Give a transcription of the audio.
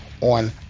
on